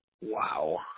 Wow